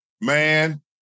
Man